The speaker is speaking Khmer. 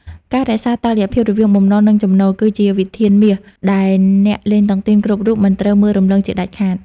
ការរក្សាតុល្យភាពរវាង "បំណុល និងចំណូល" គឺជាវិធានមាសដែលអ្នកលេងតុងទីនគ្រប់រូបមិនត្រូវមើលរំលងជាដាច់ខាត។